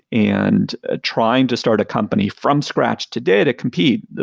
and ah trying to start a company from scratch today to compete,